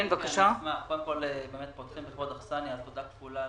אני חושב שיש קושי אמיתי לשלם כפול על